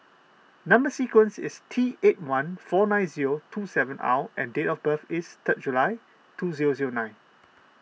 Number Sequence is T eight one four nine zero two seven R and date of birth is third July two zero zero nine